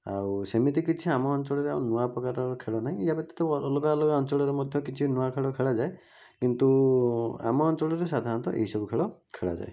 ଆଉ ସେମିତି କିଛି ଆମ ଅଞ୍ଚଳରେ ଆଉ ନୂଆ ପ୍ରକାରର ଖେଳ ନାହିଁ ଏହା ବ୍ୟତୀତ ଅଲଗା ଅଲଗା ଅଞ୍ଚଳରେ ମଧ୍ୟ କିଛି ନୂଆ ଖେଳ ଖେଳାଯାଏ କିନ୍ତୁ ଆମ ଅଞ୍ଚଳରେ ସାଧାରଣତଃ ଏହିସବୁ ଖେଳ ଖେଳାଯାଏ